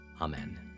Amen